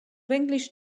english